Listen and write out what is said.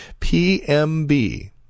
PMB